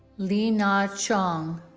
le na choung